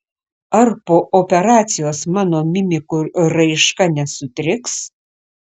ar po operacijos mano mimikų raiška nesutriks